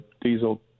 diesel